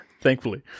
thankfully